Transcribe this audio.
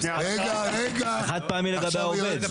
חד פעמי לגבי העובד.